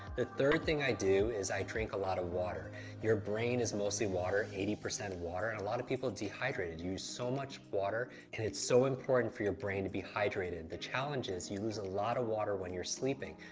the third thing i do is i drink a lot of water. your brain is mostly water, eighty percent water. and a lot of people dehydrated use so much water, and it's so important for your brain to be hydrated. the challenge is you lose a lot of water when you're sleeping,